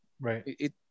Right